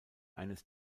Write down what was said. eines